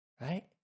Right